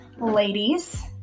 ladies